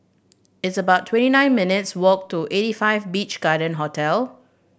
it's about twenty nine minutes' walk to Eighty Five Beach Garden Hotel